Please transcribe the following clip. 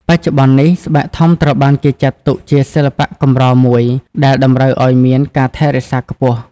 បច្ចុប្បន្ននេះ ស្បែកធំត្រូវបានគេចាត់ទុកជាសិល្បៈកម្រមួយ ដែលតម្រូវឱ្យមានការថែរក្សាខ្ពស់។